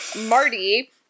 Marty